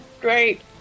Great